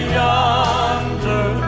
yonder